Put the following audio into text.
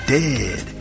dead